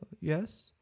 Yes